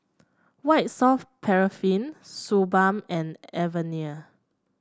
White Soft Paraffin Suu Balm and Avene